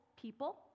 people